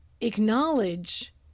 acknowledge